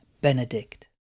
Benedict